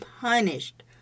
punished